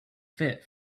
fit